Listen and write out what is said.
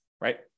right